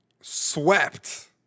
swept